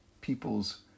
people's